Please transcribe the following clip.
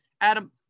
Adam